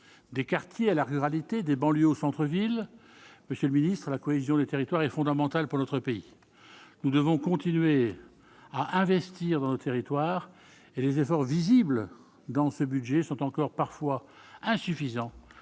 des quartiers à la ruralité des banlieues au centre-ville, monsieur le ministre, à la cohésion des territoires est fondamental pour notre pays, nous devons continuer à investir dans nos territoires et les efforts visibles dans ce budget sont encore parfois insuffisant